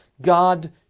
God